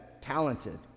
talented